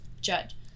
Judge